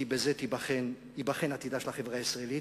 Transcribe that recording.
כי בזה ייבחן עתידה של החברה הישראלית,